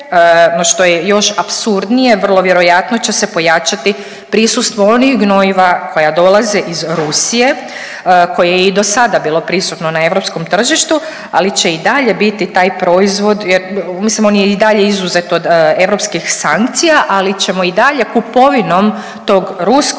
no što je još apsurdnije vrlo vjerojatno će se pojačati prisustvo onih gnojiva koja dolaze iz Rusije koje je i dosada bilo prisutno na europskom tržištu, ali će i dalje biti taj proizvod jer mislim on je i dalje izuzet od europskih sankcija, ali ćemo i dalje kupovinom tog ruskog